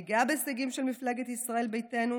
אני גאה בהישגים של מפלגת ישראל ביתנו,